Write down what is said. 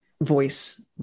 voice